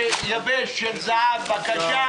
בבקשה